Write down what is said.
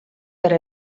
per